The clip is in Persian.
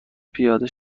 پیاده